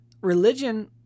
religion